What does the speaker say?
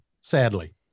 sadly